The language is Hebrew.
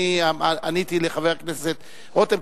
אני עניתי לחבר הכנסת רותם,